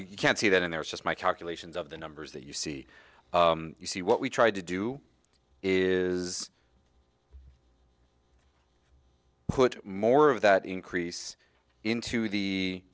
you can see that in there is just my calculations of the numbers that you see you see what we tried to do is put more of that increase into the